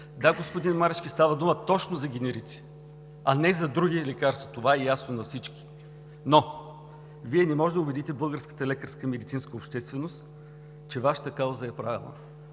Да, господин Марешки, става дума точно за генерици, а не за други лекарства, това е ясно на всички, но Вие не може да убедите българската лекарска и медицинска общественост, че Вашата кауза е правилна.